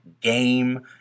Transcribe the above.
game